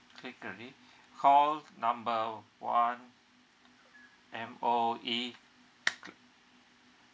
clicked already call number one M_O_E